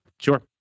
sure